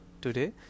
today